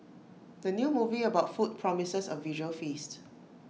the new movie about food promises A visual feast